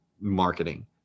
marketing